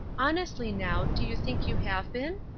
honestly, now, do you think you have been?